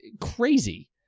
crazy